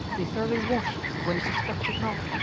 be throughly washed, when he suspects it not.